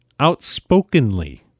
outspokenly